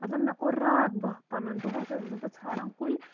مطلب مےٚ کوٚر راتھ دۄہ پَنُن دۄہَس ٲسٕس بہٕ ژھانڈان کُلۍ